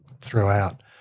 throughout